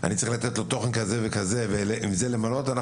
אם אני צריך לתת לו תוכן כזה וכזה ואנחנו גם